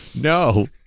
No